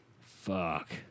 Fuck